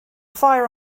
fire